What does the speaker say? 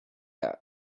that